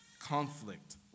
conflict